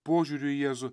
požiūriu į jėzų